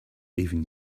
even